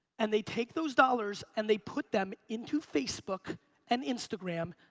and they take those dollars and they put them into facebook and instagram,